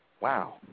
Wow